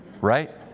right